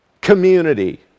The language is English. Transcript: community